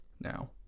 now